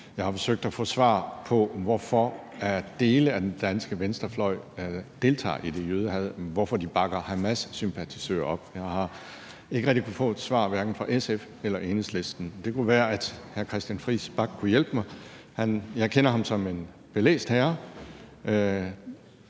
Jeg har forsøgt at få svar på, hvorfor dele af den danske venstrefløj deltager i det jødehad, hvorfor de bakker hamassympatisører op. Jeg har ikke rigtig kunnet få et svar, hverken fra SF eller Enhedslisten. Det kunne være, at hr. Christian Friis Bach kunne hjælpe mig. Jeg kender ham som en belæst herre.